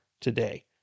today